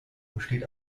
besteht